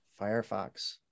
Firefox